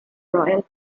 royal